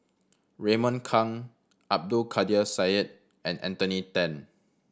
Raymond Kang Abdul Kadir Syed and Anthony Then